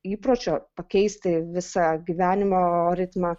įpročio pakeisti visą gyvenimo ritmą